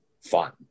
fun